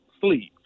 sleep